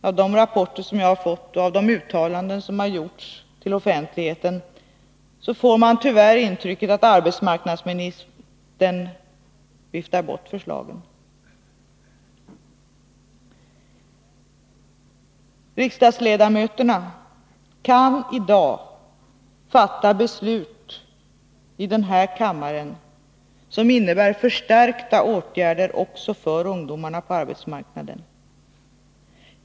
Av de rapporter som jag har fått och av de uttalanden som har gjorts till offentligheten får man tyvärr intrycket att arbetsmarknadsministern viftar bort förslagen. Riksdagsledamöterna kan i dag fatta beslut i den här kammaren som innebär förstärkta åtgärder också för ungdomarna på arbetsmarknaden.